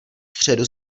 středu